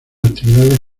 actividades